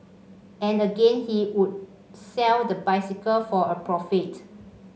and again he would sell the bicycle for a profit